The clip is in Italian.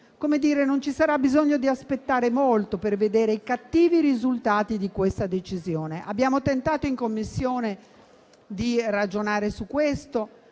Non ci sarà bisogno di aspettare molto per vedere i cattivi risultati di questa decisione. Abbiamo tentato, in Commissione, di ragionare su questo